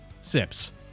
Sips